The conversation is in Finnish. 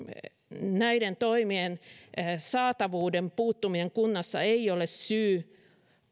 näiden toimien saatavuuden puuttuminen kunnassa ei ole syy